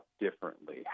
differently